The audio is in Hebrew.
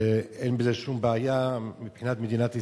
אין בזה שום בעיה מבחינת מדינת ישראל,